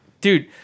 dude